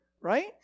right